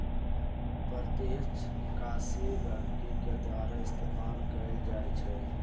प्रत्यक्ष निकासी गहकी के द्वारा इस्तेमाल कएल जाई छई